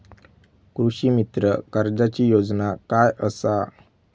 कृषीमित्र कर्जाची योजना काय असा?